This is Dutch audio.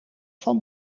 van